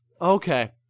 Okay